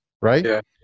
right